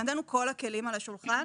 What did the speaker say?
מבחינתנו כל הכלים על השולחן